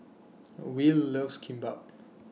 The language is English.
Will loves Kimbap